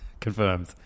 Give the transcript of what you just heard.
Confirmed